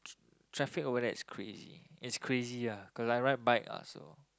traffic over there is crazy is crazy ah cause I ride bike ah so